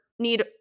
need –